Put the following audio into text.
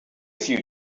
few